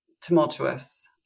tumultuous